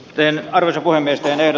en arvonimi hänelle